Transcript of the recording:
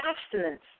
abstinence